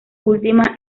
última